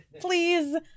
please